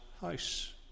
house